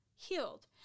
healed